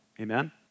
amen